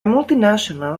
multinational